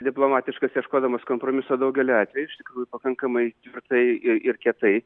diplomatiškas ieškodamas kompromiso daugeliu atvejų iš tikrųjų pakankamai tvirtai ir kietai